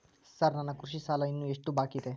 Sir ನನ್ನ ಕೃಷಿ ಸಾಲ ಇನ್ನು ಎಷ್ಟು ಬಾಕಿಯಿದೆ?